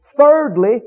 thirdly